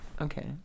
Okay